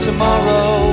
Tomorrow